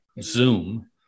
Zoom